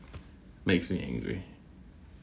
makes me angry